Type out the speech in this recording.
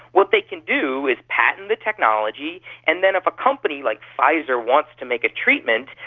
what they can do is patent the technology, and then if a company like pfizer wants to make a treatment,